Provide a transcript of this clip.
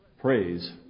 Praise